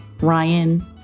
Ryan